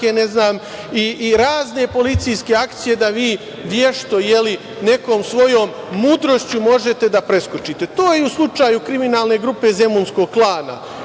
i razne policijske akcije vešto nekom svojom mudrošću možete da preskočite. To je i u slučaju kriminalne grupe zemunskog klana